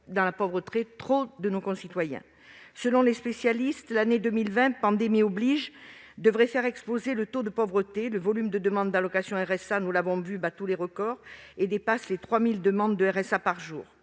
dans la pauvreté trop de nos concitoyens. Selon les spécialistes, l'année 2020, pandémie oblige, devrait faire exploser le taux de pauvreté. Le volume des demandes d'allocation de RSA, nous l'avons vu, bat tous les records et dépasse les 3 000 par jour.